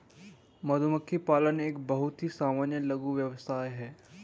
मधुमक्खी पालन एक बहुत ही सामान्य लघु व्यवसाय है